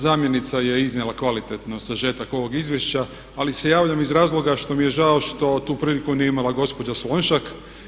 Zamjenica je iznijela kvalitetno sažetak ovog izvješća ali se javljam iz razloga što mi je žao što tu priliku nije imala gospođa Slonjšak.